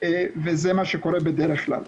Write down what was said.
וזה מה שקורה בדרך כלל.